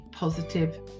positive